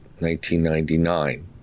1999